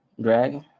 Drag